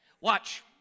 Watch